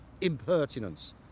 impertinence